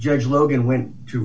judge logan went to